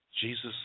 Jesus